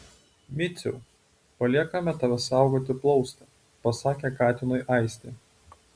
miciau paliekame tave saugoti plaustą pasakė katinui aistė